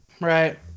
right